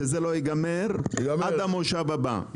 שזה לא ייגמר עד המושב הבא.